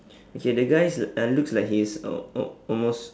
okay the guy uh looks like he is al~ al~ almost